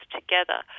together